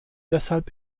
deshalb